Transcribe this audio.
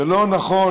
זה לא נכון,